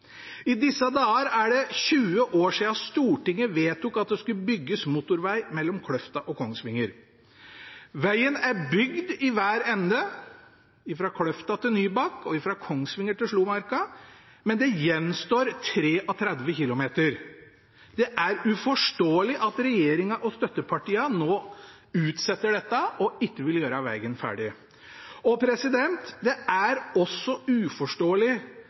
I disse dager er det 20 år siden Stortinget vedtok at det skulle bygges motorveg mellom Kløfta og Kongsvinger. Vegen er bygd i hver ende, fra Kløfta til Nybakk og fra Kongsvinger til Slomarka, men det gjenstår 33 km. Det er uforståelig at regjeringen og støttepartiene nå utsetter dette og ikke vil gjøre vegen ferdig. Det er også uforståelig